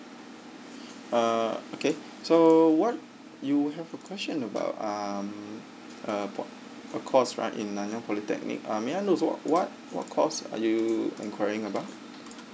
uh okay so what you have a question about um uh for course right in nanyang polytechnic uh may I know so what what what course are you the enquiring about